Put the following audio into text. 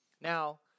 Now